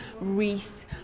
wreath